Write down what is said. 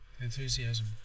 Enthusiasm